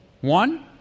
One